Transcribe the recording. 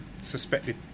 suspected